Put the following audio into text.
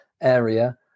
area